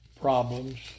problems